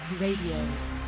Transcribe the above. Radio